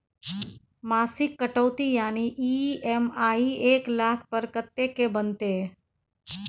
मासिक कटौती यानी ई.एम.आई एक लाख पर कत्ते के बनते?